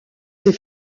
ses